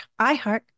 iHeart